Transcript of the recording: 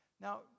Now